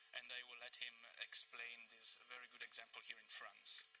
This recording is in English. and i will let him explain this very good example here in france.